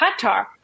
Qatar